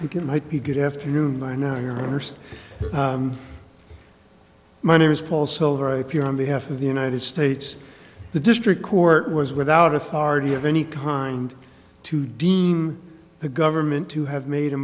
d think it might be good afternoon by now your inner city my name is paul silver i appear on behalf of the united states the district court was without authority of any kind to deem the government to have made a